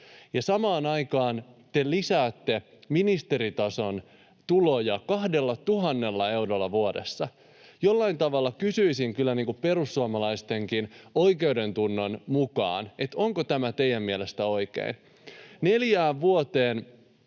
ja samaan aikaan te lisäätte ministeritason tuloja 2 000 eurolla vuodessa. Jollain tavalla kysyisin kyllä perussuomalaistenkin oikeudentunnon perään, onko tämä teidän mielestänne oikein. Neljässä vuodessa